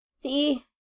See